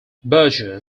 berger